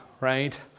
right